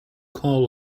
call